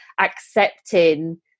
accepting